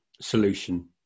solution